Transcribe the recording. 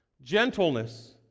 gentleness